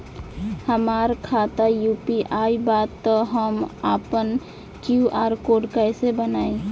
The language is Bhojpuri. हमार खाता यू.पी.आई बा त हम आपन क्यू.आर कोड कैसे बनाई?